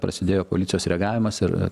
prasidėjo policijos reagavimas ir